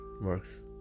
works